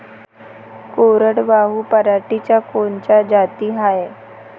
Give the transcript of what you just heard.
कोरडवाहू पराटीच्या कोनच्या जाती हाये?